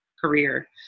career